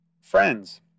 Friends